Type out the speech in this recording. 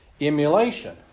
Emulation